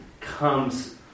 comes